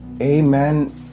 Amen